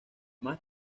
más